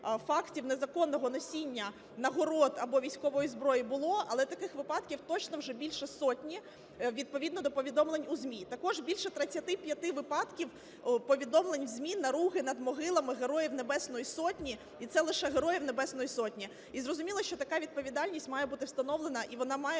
фактів незаконного носіння нагород або військової зброї було, але таких випадків точно вже більше сотні, відповідно до повідомлень у ЗМІ. Також більше 35 випадків повідомлень у ЗМІ наруги над могилами Героїв Небесної Сотні, і це лише Героїв Небесної Сотні. І зрозуміло, що така відповідальність має бути встановлена, і вона має